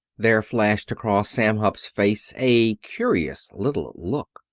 there flashed across sam hupp's face a curious little look.